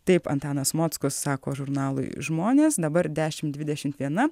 taip antanas mockus sako žurnalui žmonės dabar dešimt dvidešimt viena